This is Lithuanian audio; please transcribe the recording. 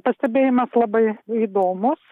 pastebėjimas labai įdomus